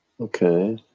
okay